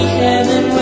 heaven